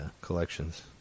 collections